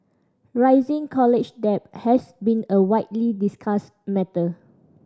rising college debt has been a widely discussed matter